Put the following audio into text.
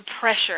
pressure